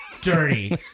Dirty